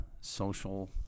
social